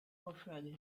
offered